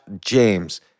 James